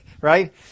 Right